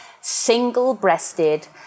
Single-breasted